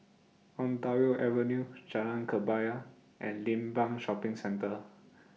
Ontario Avenue Jalan Kebaya and Limbang Shopping Centre